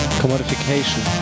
commodification